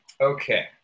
Okay